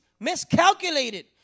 miscalculated